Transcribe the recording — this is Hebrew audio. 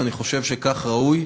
ואני חושב שכך ראוי.